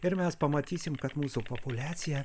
ir mes pamatysim kad mūsų populiacija